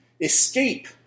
Escape